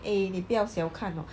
eh 你不要小看 hor